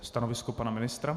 Stanovisko pana ministra?